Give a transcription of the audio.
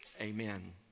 Amen